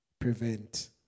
prevent